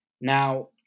Now